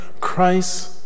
Christ